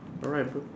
alright bro